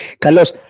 Carlos